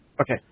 Okay